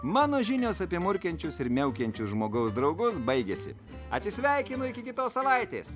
mano žinios apie murkiančius ir miaukiančius žmogaus draugus baigėsi atsisveikinu iki kitos savaitės